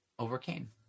overcame